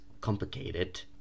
complicated